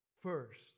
first